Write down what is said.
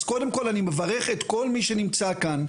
אז קודם כל אני מברך את כל מי שנמצא כאן,